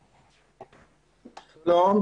שלום.